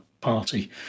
party